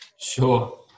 Sure